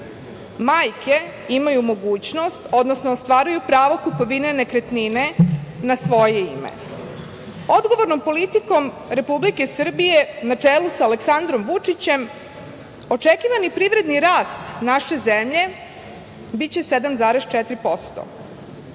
majke imaju mogućnost, odnosno ostvaruju pravo kupovine nekretnine na svoje ime. Odgovornom politikom Republike Srbije na čelu sa Aleksandrom Vučićem očekivani privredni rast naše zemlje biće 7,4%.